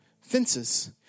Fences